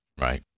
Right